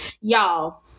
Y'all